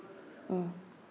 mm